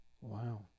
Wow